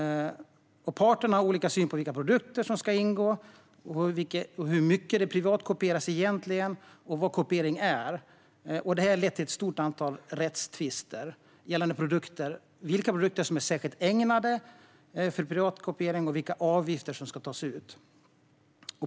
Parterna har olika syn på vilka produkter som ska ingå, hur mycket det egentligen privatkopieras och vad kopiering är. Detta har lett till ett stort antal rättstvister gällande vilka produkter som är särskilt ägnade för privatkopiering och vilka avgifter som ska tas ut.